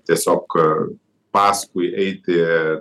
tiesiog paskui eiti